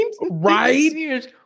Right